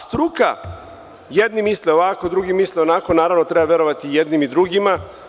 Struka, jedni misle ovako, druge misle onako naravno treba verovati i jednima i drugima.